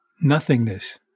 nothingness